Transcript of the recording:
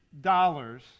dollars